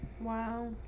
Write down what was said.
wow